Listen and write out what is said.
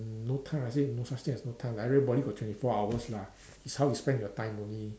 no time I say no such thing as no time time everybody got twenty four hours lah it's how you spend your time only